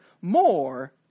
more